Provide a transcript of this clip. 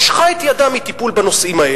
משכה את ידה מטיפול בהם,